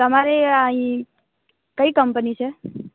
તમારે અહીં કઈ કંપની છે